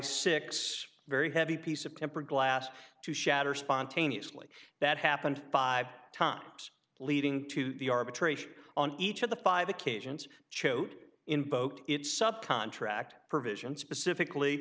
six very heavy piece of tempered glass to shatter spontaneously that happened five times leading to the arbitration on each of the five occasions choate invoked its sub contract provision specifically